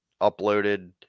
uploaded